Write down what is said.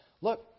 Look